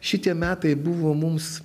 šitie metai buvo mums